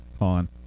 On